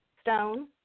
Stone